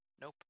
Nope